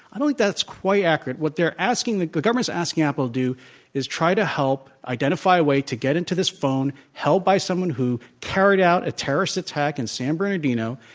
i don't think that's quite accurate. what they're asking the government's asking apple to do is try to help identify a way to get into this phone held by someone who carried out a terrorist attack in san bernardino,